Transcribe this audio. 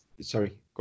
sorry